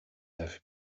have